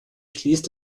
schließt